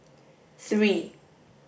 three